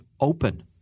open